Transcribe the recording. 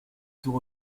tout